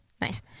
Nice